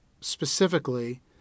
specifically